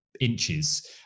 inches